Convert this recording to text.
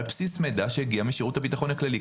על בסיס מידע שהגיע משירות הבטחון הכללי.